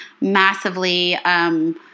massively –